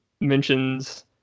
mentions